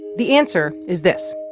the answer is this.